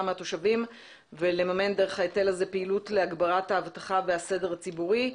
מהתושבים ולממן דרכו פעילות להגברת האבטחה והסדר הציבורי.